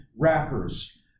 rappers